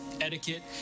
etiquette